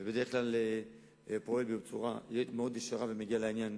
בדרך כלל פועל בצורה מאוד ישרה ומגיע לעניין.